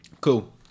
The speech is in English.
cool